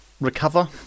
recover